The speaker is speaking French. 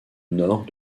nord